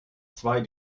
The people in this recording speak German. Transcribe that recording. zwei